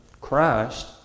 Christ